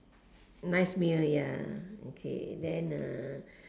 nice meal ya okay then uh